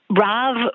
Rav